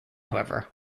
however